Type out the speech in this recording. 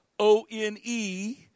O-N-E